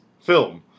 film